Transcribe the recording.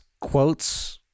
quotes